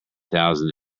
thousand